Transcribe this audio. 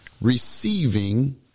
receiving